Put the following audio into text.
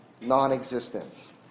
non-existence